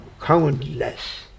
countless